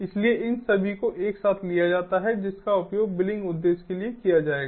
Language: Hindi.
इसलिए इन सभी को एक साथ लिया जाता है जिसका उपयोग बिलिंग उद्देश्य के लिए किया जाएगा